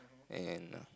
and